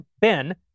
Ben